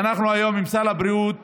ואנחנו היום עם סל הבריאות